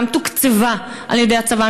שגם תוקצבה על-ידי הצבא,